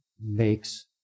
makes